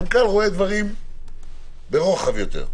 מנכ"ל רואה דברים ברוחב יותר.